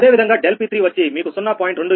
అదేవిధంగా ∆𝑃3 వచ్చి మీకు 0